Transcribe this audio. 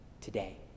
today